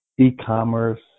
e-commerce